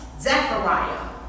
Zechariah